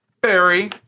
Barry